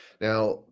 Now